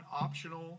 optional